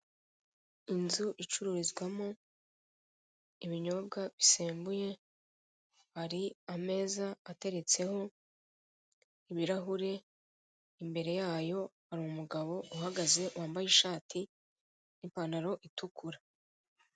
Inzu icururizwamo ibinyobwa bisembuye hari ameza ateretseho ibirahure, imbere yayo hari umugabo uhagaze wambaye ishati n'ipantaro itukura.